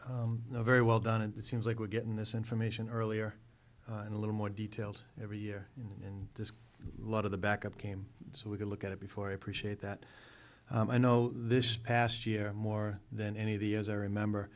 know very well done and it seems like we're getting this information earlier and a little more detailed every year and this lot of the backup came so we could look at it before i appreciate that i know this past year more than any of the as i remember